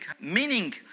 meaning